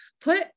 put